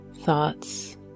thoughts